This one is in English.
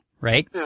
Right